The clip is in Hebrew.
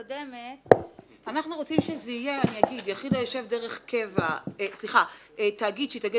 אנחנו רוצים שזה יהיה: "תאגיד שהתאגד